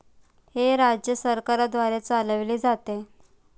हे राज्य सरकारद्वारे चालविले जाते